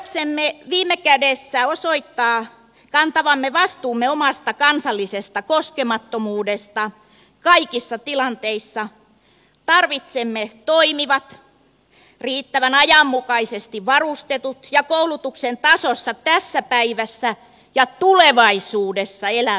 voidaksemme viime kädessä osoittaa kantavamme vastuumme omasta kansallisesta koskemattomuudestamme kaikissa tilanteissa tarvitsemme toimivat riittävän ajanmukaisesti varustetut ja koulutuksen tasossa tässä päivässä ja tulevaisuudessa elävät puolustusvoimat